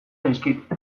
zaizkit